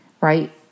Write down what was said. right